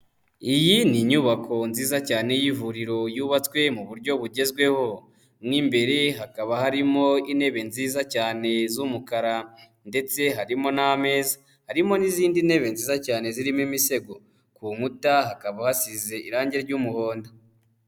Iyi ni inyubako nziza cyane y'ivuriro yubatswe mu buryo bugezweho. Mo imbere hakaba harimo intebe nziza cyane z'umukara ndetse harimo n'ameza. Harimo n'izindi ntebe nziza cyane zirimo imisego. Ku nkuta hakaba hasize irangi ry'umuhondo.